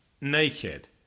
naked